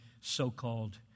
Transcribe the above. so-called